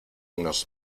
nos